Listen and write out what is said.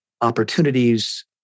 opportunities